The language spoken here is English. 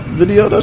video